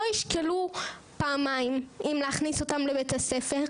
ישקלו פעמיים אם להכניס אותן לבית הספר,